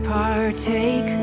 partake